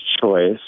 choice